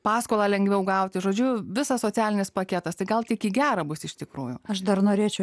paskolą lengviau gauti žodžiu visas socialinis paketas tai gal tik į gerą bus iš tikrųjų aš dar norėčiau